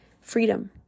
Freedom